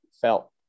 felt